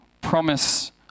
promise